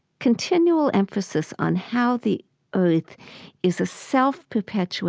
continual emphasis on how the earth is a self-perpetuating